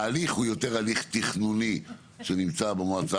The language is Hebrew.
ההליך הוא יותר הליך תכנוני שנמצא במועצה